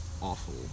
awful